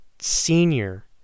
senior